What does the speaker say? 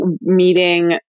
meeting